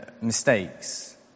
mistakes